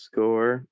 Score